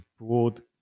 broad